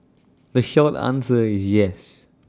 the short answer is yes